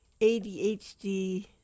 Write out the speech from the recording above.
ADHD